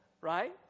right